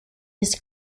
his